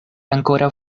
ankoraŭ